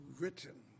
written